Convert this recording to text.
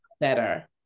Better